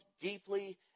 deeply